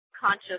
conscious –